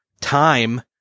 time